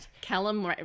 Callum